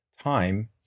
time